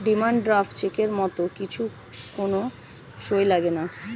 demand draft চেকের মত কিছু কোন সই লাগেনা